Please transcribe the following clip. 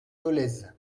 dolez